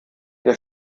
der